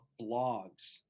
blogs